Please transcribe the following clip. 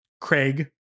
Craig